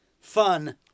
Fun